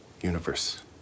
universe